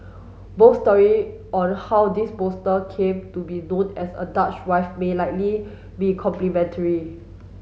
both story on how this bolster came to be known as a Dutch wife may likely be complementary